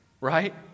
Right